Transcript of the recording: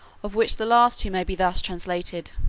of which the last two may be thus translated